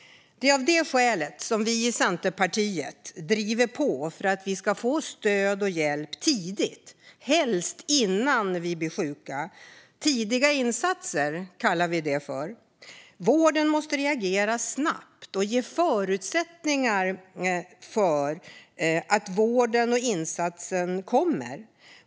Det är av det skälet som vi i Centerpartiet driver på för att vi ska få stöd och hjälp tidigt, helst innan vi blir sjuka. Tidiga insatser, kallar vi det. Vården måste reagera snabbt och ge förutsättningar för att vården och insatsen kommer.